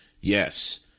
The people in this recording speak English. yes